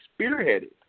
spearheaded